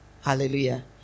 Hallelujah